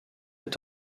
est